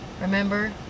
Remember